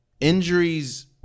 Injuries